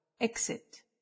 Exit